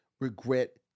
regret